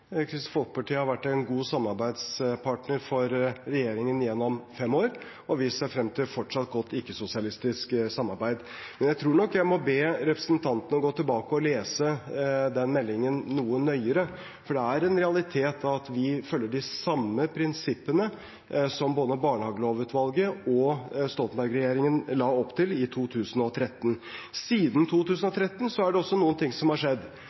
Kristelig Folkeparti har vært en god samarbeidspartner for regjeringen gjennom fem år, og vi ser frem til et fortsatt godt ikke-sosialistisk samarbeid. Men jeg tror nok jeg må be representanten gå tilbake og lese den meldingen noe nøyere, for det er en realitet at vi følger de samme prinsippene som både barnehagelovutvalget og Stoltenberg-regjeringen la opp til i 2013. Siden 2013 er det også noen ting som har skjedd.